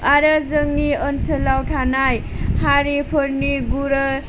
आरो जोंनि ओनसोलाव थानाय हारिफोरनि